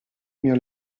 mio